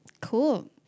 Cool